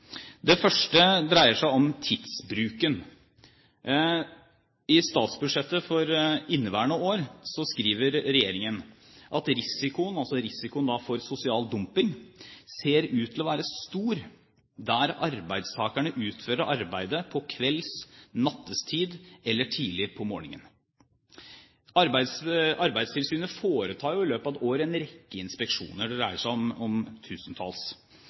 første dreier seg om tidsbruken. I statsbudsjettet for inneværende år skriver regjeringen: «Risikoen» – altså risikoen for sosial dumping – «ser ut til å være stor der arbeidstakere utfører arbeidet på kveld, natt og tidlig morgen.» Arbeidstilsynet foretar jo i løpet av et år en rekke inspeksjoner – det dreier seg om tusentalls